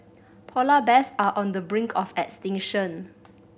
polar bears are on the brink of extinction